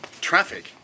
Traffic